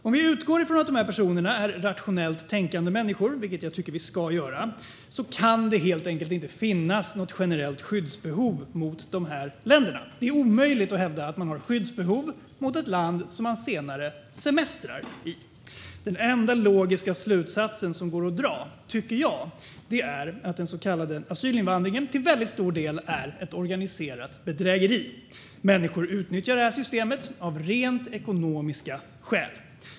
Om vi utgår från att de personerna är rationellt tänkande människor - vilket jag tycker att vi ska göra - kan det helt enkelt inte finnas något generellt skyddsbehov gentemot de länderna. Det är omöjligt att hävda att man har skyddsbehov gentemot ett land som man senare semestrar i. Den enda logiska slutsats som går att dra tycker jag är att den så kallade asylinvandringen till stor del är ett organiserat bedrägeri. Människor utnyttjar systemet av rent ekonomiska skäl.